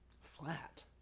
flat